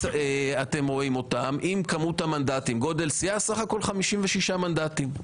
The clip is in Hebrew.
אתם רואים אותם עם המנדטים, סה"כ 56 מנדטים.